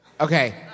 Okay